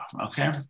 Okay